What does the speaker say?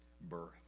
birth